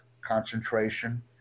concentration